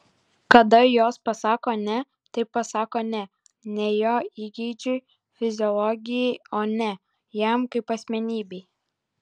kada jos pasako ne tai pasako ne ne jo įgeidžiui fiziologijai o ne jam kaip asmenybei